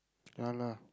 ya lah